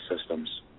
systems